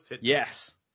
Yes